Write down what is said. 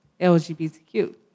LGBTQ